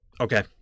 Okay